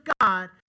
God